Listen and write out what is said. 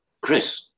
Chris